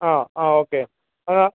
ആ ആ ഓക്കേ